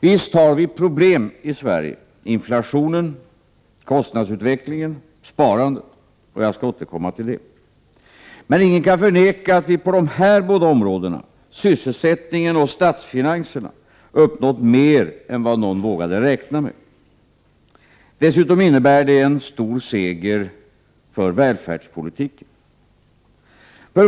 Visst har vi problem i Sverige — inflationen, kostnadsutvecklingen, sparandet. Jag skall återkomma till det. Men ingen kan förneka att vi på de här båda områdena — sysselsättningen och statsfinanserna — uppnått mer än vad någon vågade räkna med. Dessutom innebär det en stor seger för välfärdspolitiken. För